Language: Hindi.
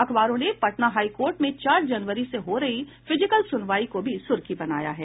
अखबारों ने पटना हाई कोर्ट में चार जनवरी से हो रही फिजिकल सुनवाई को भी सुर्खी बनाया है